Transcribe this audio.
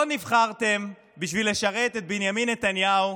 שלא נבחרתם בשביל לשרת את בנימין נתניהו,